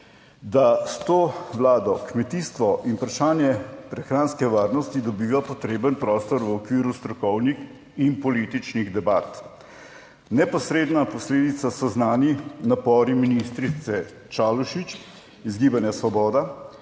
da s to Vlado kmetijstvo in vprašanje prehranske varnosti dobiva potreben prostor v okviru strokovnih in političnih debat. Neposredna posledica so znani napori ministrice Čalušić iz Gibanja Svoboda,